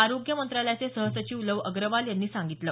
आरोग्य मंत्रालयाचे सहसचिव लव अग्रवाल यांनी सांगितलं